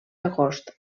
agost